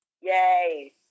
Yay